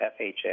FHA